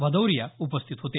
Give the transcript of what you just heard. भदौरिया उपस्थित होते